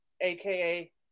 aka